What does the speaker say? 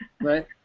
Right